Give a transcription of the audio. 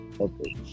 okay